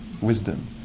wisdom